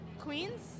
Queens